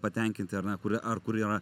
patenkinti ar ne kurie ar kurie yra